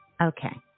Okay